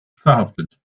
verhaftet